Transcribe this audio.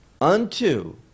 unto